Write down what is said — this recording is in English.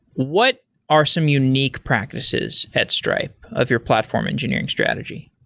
what are some unique practices at stripe of your platform engineering strategy?